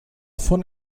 von